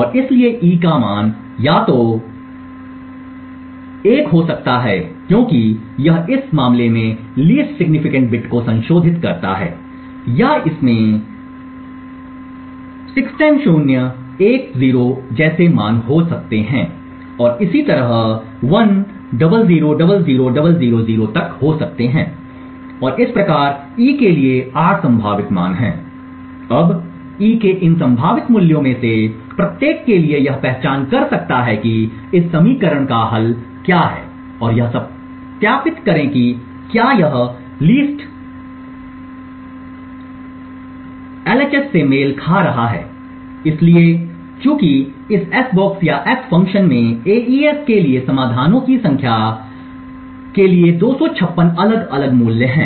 और इसलिए e का मान या तो 00000001 हो सकता है क्योंकि यह इस मामले में LSB बिट को संशोधित करता है या इसमें 00000010 जैसे मान हो सकते हैं और इसी तरह 10000000 तक हो सकते हैं और इस प्रकार e के लिए 8 संभावित मान हैं अब e के इन संभावित मूल्यों में से प्रत्येक के लिए यह पहचान कर सकता है कि इस समीकरण का हल क्या है और यह सत्यापित करें कि क्या यह एलएचएस से मेल खा रहा है इसलिए चूंकि इस एस बॉक्स या एस फ़ंक्शन में एईएस के लिए समाधानों की संख्या के लिए 256 अलग अलग मूल्य हैं